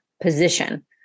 position